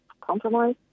compromise